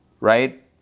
right